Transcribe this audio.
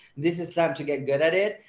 this is time to get good at it,